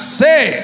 say